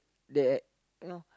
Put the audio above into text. the